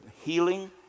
healing